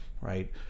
right